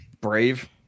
brave